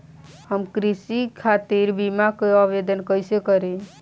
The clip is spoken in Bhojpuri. हम कृषि खातिर बीमा क आवेदन कइसे करि?